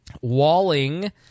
walling